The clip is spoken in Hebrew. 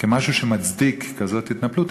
כמשהו שמצדיק כזאת התנפלות,